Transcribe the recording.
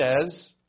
says